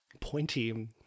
pointy